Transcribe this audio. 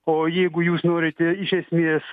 o jeigu jūs norite iš esmės